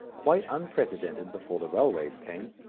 quite unprecedented before the railways came.